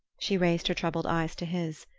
she raised her troubled eyes to his.